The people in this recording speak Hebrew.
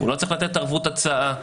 הוא לא לתת ערבות הצעה,